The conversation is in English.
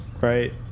Right